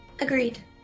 Agreed